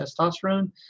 testosterone